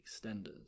extenders